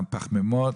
הפחמימות,